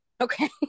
Okay